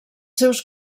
seus